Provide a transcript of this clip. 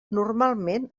normalment